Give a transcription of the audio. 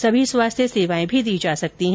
सभी स्वास्थ्य सेवाए दी जा सकती है